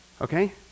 Okay